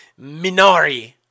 Minori